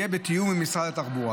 יהיה בתיאום עם משרד התחבורה.